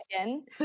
again